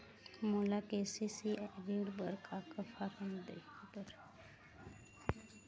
मोला के.सी.सी ऋण बर का का फारम दही बर?